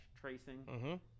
tracing